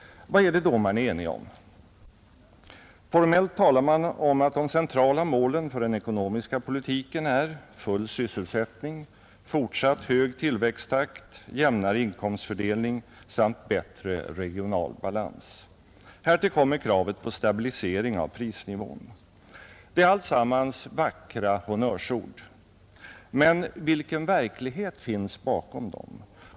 Vad är det då man är enig om? Formellt talar man om att de centrala målen för den ekonomiska politiken är: full sysselsättning, fortsatt hög : tillväxttakt, jämnare inkomstfördelning samt bättre regional balans. Härtill kommer kravet på stabilisering av prisnivån. Det är alltsammans vackra honnörsord. Men vilken verklighet finns bakom dem?